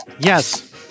Yes